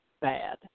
bad